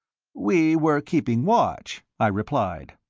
we were keeping watch, i replied.